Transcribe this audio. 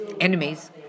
enemies